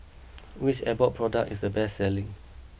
which Abbott product is the best selling